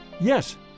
Yes